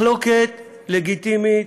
מחלוקת לגיטימית.